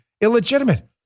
illegitimate